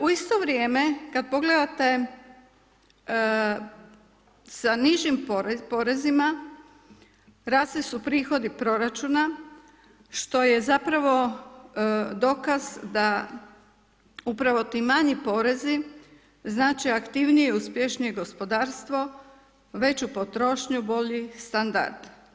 U isto vrijeme, kada pogledate sa nižim porezima, rasli su prihodi proračuna, što je zapravo dokaz, da upravo ti manji porezi, znače aktivniju i uspješnije gospodarstvo, veću potrošnju, bolji standard.